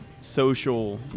social